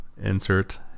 Insert